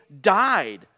died